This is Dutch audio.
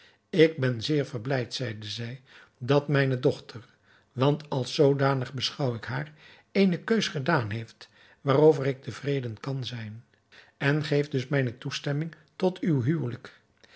ik ben zeer verblijd zeide zij dat mijne dochter want als zoodanig beschouw ik haar eene keus gedaan heeft waarover ik tevreden kan zijn en geef dus mijne toestemming tot uw huwelijk